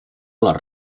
les